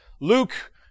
luke